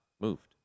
moved